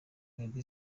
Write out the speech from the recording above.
meddy